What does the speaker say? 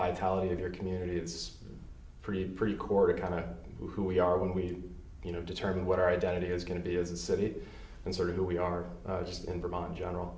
vitality of your community it's pretty pretty core to kind of who we are when we do you know determine what our identity is going to be as a city and sort of who we are just in vermont general